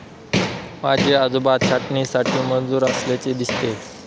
माझे आजोबा छाटणीसाठी मजूर असल्याचे दिसते